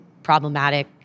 Problematic